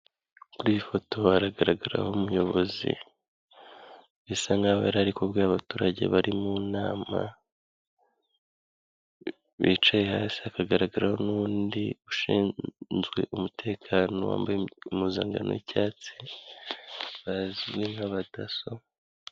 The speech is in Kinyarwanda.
Kuri iyi foto hagaragaraho umuyobozi bisa nk'aho yari ari kubwira abaturage bari mu nama bicaye, hasi hakagaragara n'undi ushinzwe umutekano wambaye impuzankano y'icyatsi bazwi nk'abadaso.